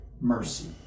mercy